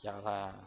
ya lah